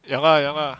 ya lah ya lah